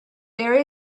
there